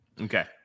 Okay